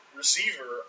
receiver